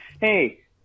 hey